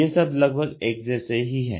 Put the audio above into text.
ये शब्द लगभग एक जैसे ही है